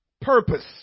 purpose